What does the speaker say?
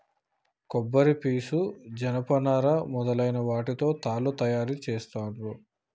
కొబ్బరి పీసు జనప నారా మొదలైన వాటితో తాళ్లు తయారు చేస్తాండ్లు